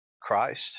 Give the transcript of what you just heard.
Christ